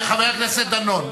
חבר הכנסת דנון.